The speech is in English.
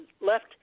left